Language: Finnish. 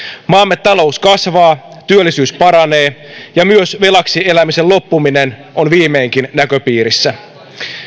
maamme talous kasvaa työllisyys paranee ja myös velaksi elämisen loppuminen on viimeinkin näköpiirissä